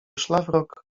szlafrok